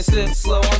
Slow